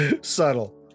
Subtle